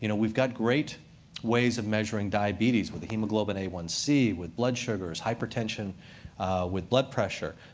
you know we've got great ways of measuring diabetes, with the hemoglobin a one c, with blood sugars, hypertension with blood pressure.